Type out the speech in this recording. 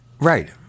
Right